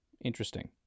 Interesting